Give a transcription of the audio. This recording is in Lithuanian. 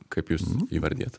kaip jūs įvardijat